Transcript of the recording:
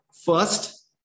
First